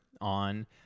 on